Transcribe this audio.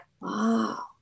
wow